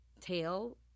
tail